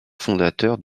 fondateurs